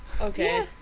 Okay